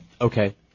Okay